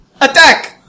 Attack